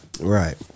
Right